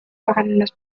vorhandenes